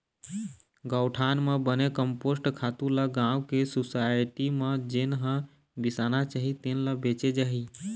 गउठान म बने कम्पोस्ट खातू ल गाँव के सुसायटी म जेन ह बिसाना चाही तेन ल बेचे जाही